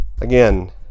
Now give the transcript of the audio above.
Again